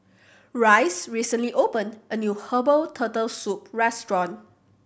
Rhys recently opened a new herbal Turtle Soup restaurant